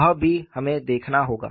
वह भी हमें देखना होगा